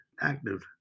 active